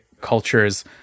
cultures